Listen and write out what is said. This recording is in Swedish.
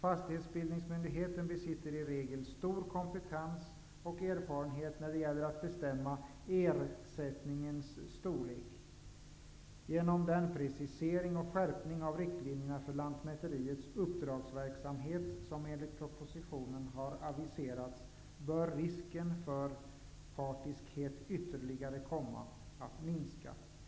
Fastighetsbildningsmyndigheten besitter i regel stor kompetens och erfarenhet när det gäller att bestämma ersättningens storlek. Genom den precisering och skärpning av riktlinjerna för lantmäteriets uppdragsverksamhet som enligt propositionen har aviserats bör risken för partiskhet ytterligare komma att minska.